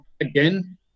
again